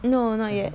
no not yet no